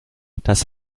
das